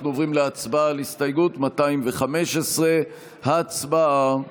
אנחנו עוברים להצבעה על הסתייגות 215. הצבעה.